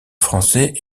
français